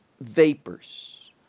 vapors